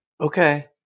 Okay